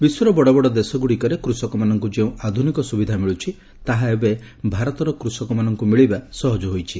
ବିଶ୍ୱର ବଡବଡ ଦେଶଗୁଡ଼ିକରେ କୃଷକମାନଙ୍କୁ ଯେଉଁ ଆଧୁନିକ ସୁବିଧା ମିଳୁଛି ତାହା ଏବେ ଭାରତର କୃଷକମାନଙ୍ଙୁ ମିଳିବା ସହଜ ହୋଇଛି